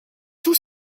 tout